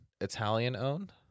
Italian-owned